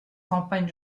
campagne